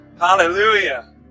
Hallelujah